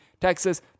Texas